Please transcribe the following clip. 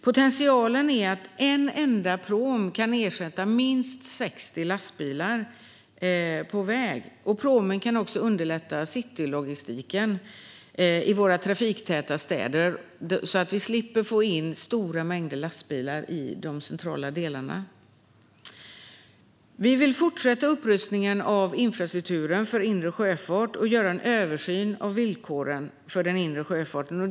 Potentialen är att en enda pråm kan ersätta minst 60 lastbilar på väg. Pråmen kan också underlätta citylogistiken i våra trafiktäta städer så att vi slipper få in stora mängder lastbilar i de centrala delarna. Vi vill fortsätta upprustningen av infrastrukturen för inre sjöfart och göra en översyn av villkoren för den inre sjöfarten.